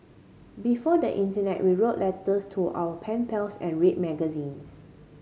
before the internet we wrote letters to our pen pals and read magazine